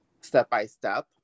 step-by-step